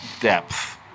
depth